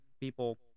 people